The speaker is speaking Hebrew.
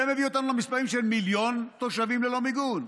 זה מביא אותנו למספרים של מיליון תושבים ללא מיגון.